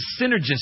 synergistic